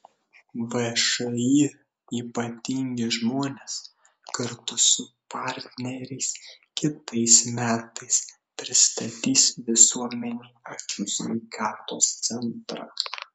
všį ypatingi žmonės kartu su partneriais kitais metais pristatys visuomenei akių sveikatos centrą